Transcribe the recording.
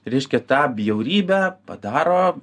reiškia tą bjaurybę padaro